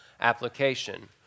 application